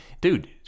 Dude